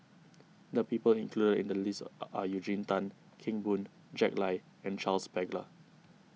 the people included in the list are are Eugene Tan Kheng Boon Jack Lai and Charles Paglar